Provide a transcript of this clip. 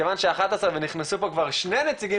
מכיוון ש-11:00 ונכנסו פה כבר שני נציגים